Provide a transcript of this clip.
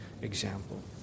example